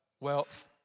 wealth